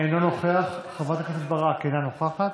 אינו נוכח, חברת הכנסת ברק, אינה נוכחת.